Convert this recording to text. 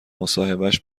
مصاحبهش